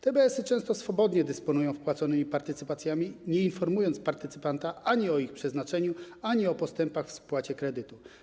TBS-y często swobodnie dysponują wpłaconymi partycypacjami, nie informując partycypanta ani o ich przeznaczeniu, ani o postępach w spłacie kredytu.